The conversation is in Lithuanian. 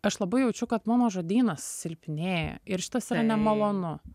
aš labai jaučiu kad mano žodynas silpnėja ir šitas yra nemalonu